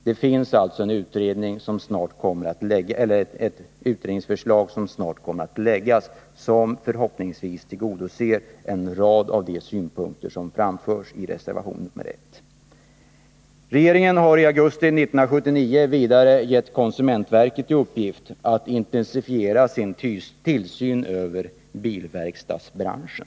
Det utredningsförslag som snart kommer att läggas fram tillgodoser förhoppningsvis en rad av de synpunkter som framförs i reservation nr 1. Regeringen har vidare i augusti 1979 gett konsumentverket i uppgift att intensifiera sin tillsyn över bilverkstadsbranschen.